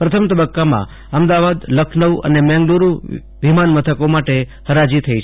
પ્રથમ તબકકામાં અમદાવાદ લખનૌ અને મેંગલુરૂ વિમાન મથકો માટે હરાજી થઇ શકે છે